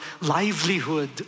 livelihood